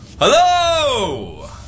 Hello